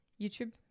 YouTube